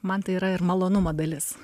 man tai yra ir malonumo dalis